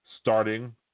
starting